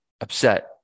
upset